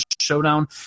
Showdown